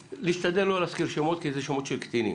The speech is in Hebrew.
להשתדל לא להזכיר שמות, כי אלה שמות של קטינים.